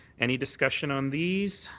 any discussion on these?